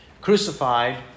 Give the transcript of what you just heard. crucified